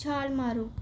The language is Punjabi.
ਛਾਲ ਮਾਰੋ